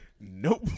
Nope